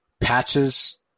patches